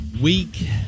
Week